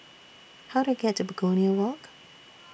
How Do I get to Begonia Walk